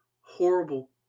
horrible